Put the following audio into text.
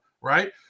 right